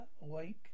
wake